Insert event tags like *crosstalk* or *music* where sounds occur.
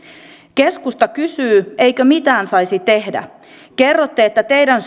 keskusta kysyy eikö mitään saisi tehdä kerrotte että teidän *unintelligible*